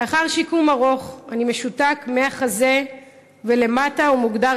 לאחר שיקום ארוך אני משותק מהחזה ולמטה ומוגדר